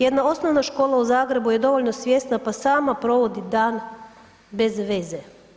Jedna osnovna škola u Zagrebu je dovoljno svjesna pa sama providi dan bez veze.